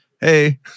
Hey